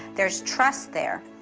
there's trust there?